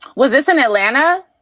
was this in atlanta?